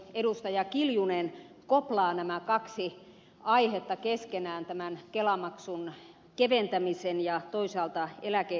anneli kiljunen koplaa nämä kaksi aihetta keskenään tämän kelamaksun keventämisen ja toisaalta eläkeiän myöhentämisen